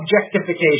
objectification